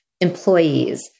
employees